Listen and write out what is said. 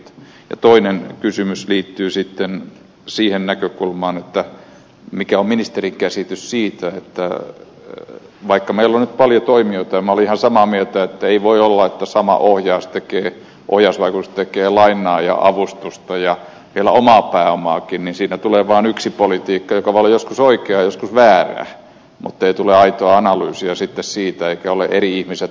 ja toinen kysymys liittyy sitten siihen näkökulmaan mikä on ministerin käsitys siitä että vaikka meillä on nyt paljon toimijoita minä olen ihan samaa mieltä että ei voi olla että sama ohjausvaikutus tekee lainaa ja avustusta ja vielä omaa pääomaakin niin siinä tulee vaan yksi politiikka joka voi olla joskus oikeaa joskus väärää mutta ei tule aitoa analyysiä sitten siitä eivätkä ole eri ihmiset analysoimassa